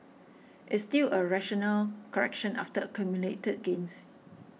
it's still a rational correction after accumulated gains